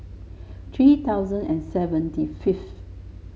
three thousand and seventy fifth